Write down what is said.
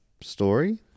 story